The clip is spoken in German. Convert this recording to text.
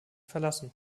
verlassen